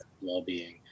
Well-being